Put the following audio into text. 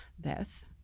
death